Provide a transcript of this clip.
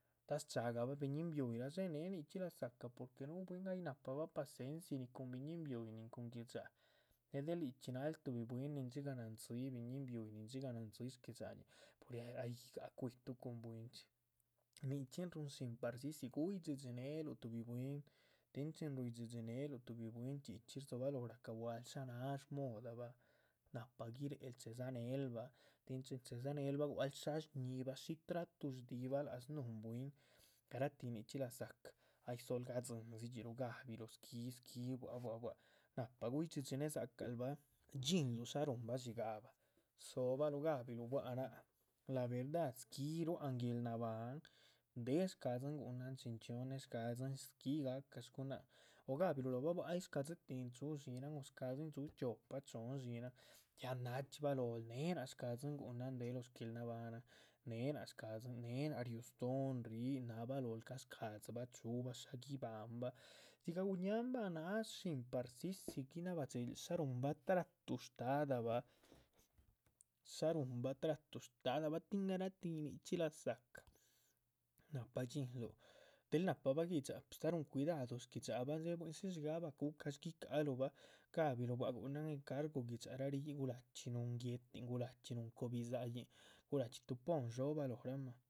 Ta shcha´gabah biñín bihuyi dxé née nichxi lazacah porque núhu bwín ay nahpabah pacenci cun biñín bihuyi, cun gui´dxa, née del yíc chxí náluh tuhbi bwín. nin dxigah nándzíi biñín bihuyi, nin dxigah nándzíi shgui´dxañih, pues ay guigáha cuituh cun bwínchxi nichxín ruhun shí parcici guydhxidxineluh tuhbi bwín,. tin chin ruydhxidxineluh bwín chxí chxí rdzobalóho rahca bualuh shá náha shmodabah nahpa guirehen chedza nehelbah tin chin che´dzanelbah gua´cl shásh shñibah. shi tratu shdibah lác snuhun bwín, garatih nichxí laza´cah, ay sol gadzindzidxi luh ga´biluh squí squí bua´c bua´c, nahpa guidhxidxine dzacal bah dxinluh shá ruhunba. dxíigahba dzobahluh gabiluh bua´c náac la verdad squí ruhuan guéel nabahan de shcadzin gúhunan chin chxíohon néh shca´dzin squí gáhca shgunáhc han, o gabiluh lóhoba bua´c. ay shcadzi tihn chu´ dxínahan, shcadzin chuhu chiopa chohn dxínahan ya nachxí ba lóhol néh náac shcadzin guhunan déh lóh shgueel nabahanan, née náac shcadzin,. née náac riu stóon ríh, nahba lóhl ca´ shca´dzi bah chúhubah shá guibahanbah dzigah guñáhan bah na´shín parcici guinabah dhxídxil shá ruhunba tratu shtadabah. shá ruhunba tratu shtadabah, tin garatih nichxí laza´cah nahpa dxínluh del náhpabah gui´dxa ta´ ruhun cuidadubah shguidxa´bah she´ buindzi dxíigahba cash. guica´haluhbah gabiluh bua´c gu´nahan encargu gui´dara rih yíc, gulachxí núhun guéhtin gulachxí núhun cob bidza´hyin gulachxí túh póhon dhxóbah lóhramah